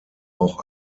auch